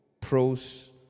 Pros